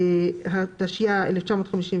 התשי"א-1951,